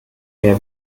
mehr